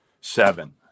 seven